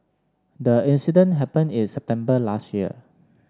the incident happened in September last year